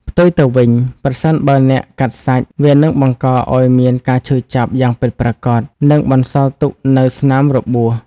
ផ្ទុយទៅវិញ ប្រសិនបើអ្នកកាត់សាច់ វានឹងបង្កឲ្យមានការឈឺចាប់យ៉ាងពិតប្រាកដ និងបន្សល់ទុកនូវស្នាមរបួស។